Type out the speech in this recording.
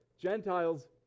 Gentiles